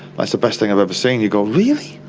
that's the best thing i've ever seen, you go, really,